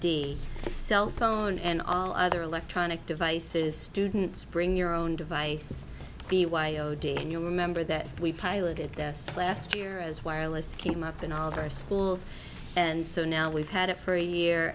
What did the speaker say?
d cell phone and all other electronic devices students bring your own device b y o d n you remember that we piloted this last year as wireless came up in all of our schools and so now we've had it for a year